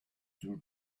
two